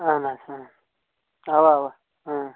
اَہَن حظ اَوا اَوا